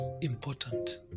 important